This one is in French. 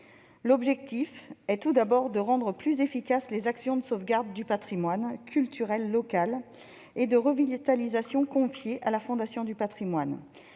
L'objectif est, tout d'abord, de rendre plus efficaces les actions de sauvegarde du patrimoine culturel local et de revitalisation confiées à la Fondation du patrimoine.